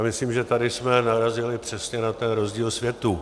Já myslím, že tady jsme narazili přesně na ten rozdíl světů.